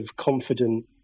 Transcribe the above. confident